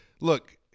Look